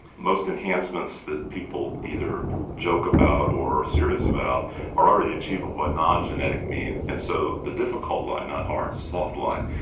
most enhancements that people either joke about or are serious about are already achievable by non-genetic means, and so the difficult line, not hard soft line,